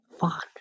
Fuck